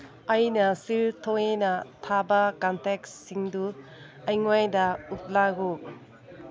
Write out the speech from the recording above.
ꯑꯩꯅ ꯁꯦꯜ ꯇꯣꯏꯅ ꯊꯥꯕ ꯀꯟꯇꯦꯛꯁꯤꯡꯗꯨ ꯑꯩꯉꯣꯟꯗ ꯎꯠꯂꯛꯎ